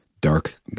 dark